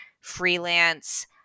freelance